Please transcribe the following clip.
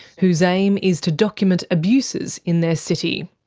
whose aim is to document abuses in their city.